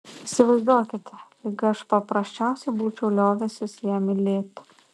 įsivaizduokite lyg aš paprasčiausiai būčiau liovęsis ją mylėti